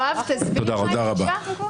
יואב, תסביר מה הבקשה.